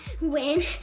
win